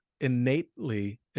innately